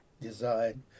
design